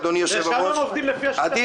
שם עובדים לפי השיטה שלך,